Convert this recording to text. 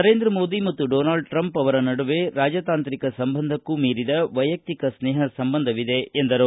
ನರೇಂದ್ರ ಮೋದಿ ಮತ್ತು Donald Trump ಅವರ ನಡುವೆ ರಾಜತಾಂತ್ರಿಕಕ್ಕೂ ಸಂಭಂಧಕ್ಕೂ ಮೀರಿದ ವೈಯಕ್ತಿಕ ಸ್ನೇಹ ಸಂಬಂಧವಿದೆ ಎಂದರು